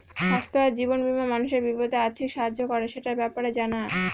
স্বাস্থ্য আর জীবন বীমা মানুষের বিপদে আর্থিক সাহায্য করে, সেটার ব্যাপারে জানা